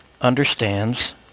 understands